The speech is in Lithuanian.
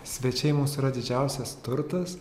svečiai mūsų yra didžiausias turtas